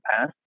past